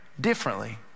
Differently